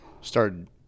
started